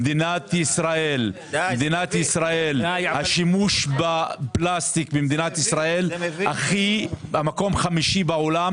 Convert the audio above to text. במדינת ישראל השימוש בפלסטיק במקום חמישי בעולם,